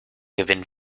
gewinn